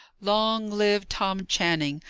long live tom channing,